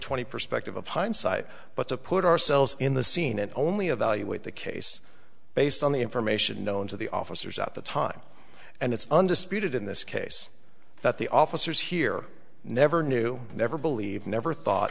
twenty perspective of hindsight but to put ourselves in the scene and only evaluate the case based on the information known to the officers at the time and it's undisputed in this case that the officers here never knew never believe never thought